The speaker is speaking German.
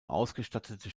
ausgestattete